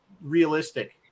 realistic